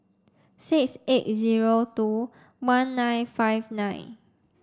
six eight zero two one nine five nine